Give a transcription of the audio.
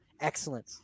Excellent